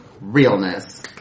realness